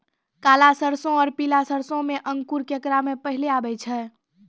काला सरसो और पीला सरसो मे अंकुर केकरा मे पहले आबै छै?